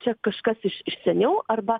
čia kažkas iš iš seniau arba